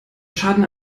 schaden